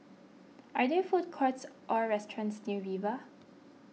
are there food courts or restaurants near Viva